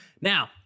Now